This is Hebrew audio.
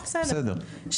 אני בסדר,